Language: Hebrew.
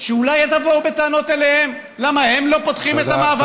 שאולי תבואו בטענות אליהם למה הם לא פותחים את המעברים.